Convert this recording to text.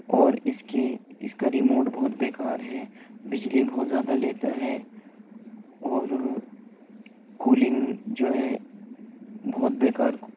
اور اس کی اس کا ریموٹ بہت بیکار ہے بجلی بہت زیادہ لیتا ہے اور کولنگ جو ہے بہت بیکار